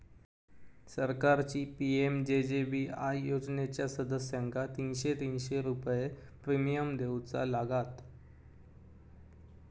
सरकारची पी.एम.जे.जे.बी.आय योजनेच्या सदस्यांका तीनशे तीनशे रुपये प्रिमियम देऊचा लागात